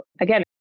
again